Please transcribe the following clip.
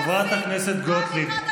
חברת הכנסת גוטליב.